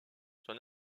son